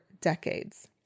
decades